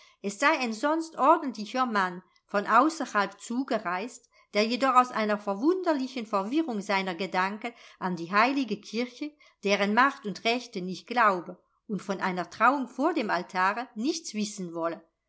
es sei ein sonst ordentlicher mann von außerhalb zugereist der jedoch aus einer wunderlichen verwirrung seiner gedanken an die heilige kirche deren macht und rechte nicht glaube und von einer trauung vor dem altare nichts wissen wolle